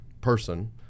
person